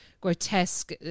grotesque